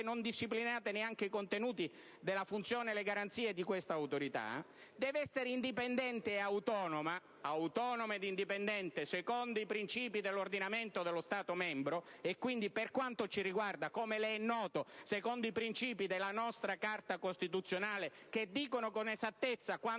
non disciplinate neanche i contenuti della funzione e le garanzie di questa Autorità; Autorità che peraltro deve essere autonoma e indipendente secondo i principi dell'ordinamento dello Stato membro, quindi, per quanto ci riguarda, come le è noto, secondo i principi della nostra Carta costituzionale, che dicono con esattezza quando